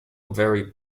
very